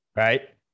Right